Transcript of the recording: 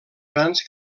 grans